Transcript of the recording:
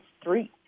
street